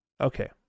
Okay